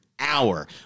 Hour